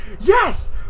yes